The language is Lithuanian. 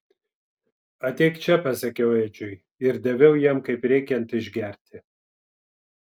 ateik čia pasakiau edžiui ir daviau jam kaip reikiant išgerti